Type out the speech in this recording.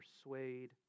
persuade